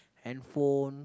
handphone